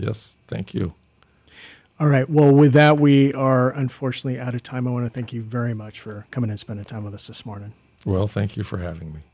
yes thank you all right well with that we are unfortunately out of time i want to thank you very much for coming it's been a time of the socmen well thank you for having